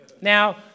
now